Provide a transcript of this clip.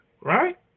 Right